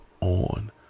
on